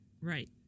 Right